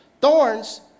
thorns